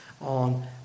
on